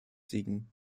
siegen